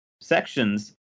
sections